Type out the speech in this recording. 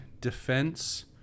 defense